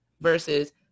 versus